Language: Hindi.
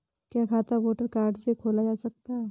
क्या खाता वोटर कार्ड से खोला जा सकता है?